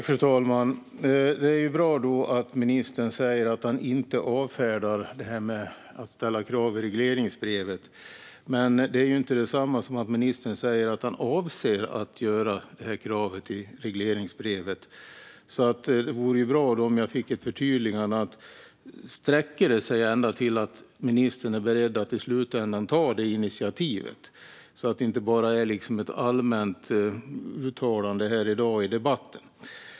Fru talman! Det är bra att ministern säger att han inte avfärdar det här med att ställa krav i regleringsbrevet. Men det är inte detsamma som att ministern säger att han avser att ställa det här kravet i regleringsbrevet. Det vore bra om jag fick ett förtydligande. Sträcker det sig ända till att ministern är beredd att i slutändan ta det initiativet, så att det inte bara är ett allmänt uttalande här i dag i debatten?